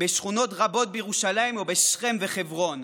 בשכונות רבות בירושלים או בשכם וחברון.